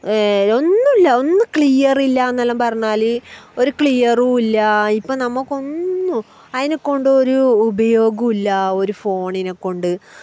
ഒന്നുമില്ല ഒന്ന് ക്ലിയർ ഇല്ല എന്നെല്ലാം പറഞ്ഞാൽ ഒരു ക്ലിയറുമില്ല ഇപ്പം നമുക്കൊന്ന് അതിനെക്കൊണ്ടൊരു ഉപയോഗമില്ല ഒരു ഫോണിനെക്കൊണ്ട്